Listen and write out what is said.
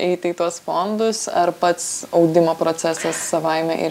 eiti į tuos fondus ar pats audimo procesas savaime ir